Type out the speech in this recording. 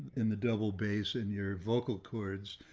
in the double bass in your vocal cords,